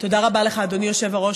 תודה רבה לך, אדוני היושב-ראש.